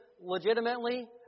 Legitimately